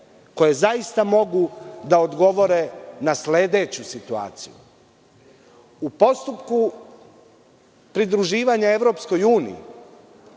koje zaista mogu da odgovore na sledeću situaciju.U postupku pridruživanja EU urbanistički